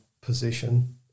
position